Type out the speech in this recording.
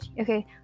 okay